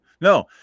No